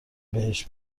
بهش